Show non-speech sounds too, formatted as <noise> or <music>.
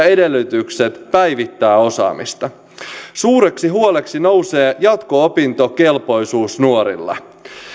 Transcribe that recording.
<unintelligible> edellytykset päivittää osaamista suureksi huoleksi nousee jatko opintokelpoisuus nuorilla